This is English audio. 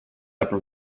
upper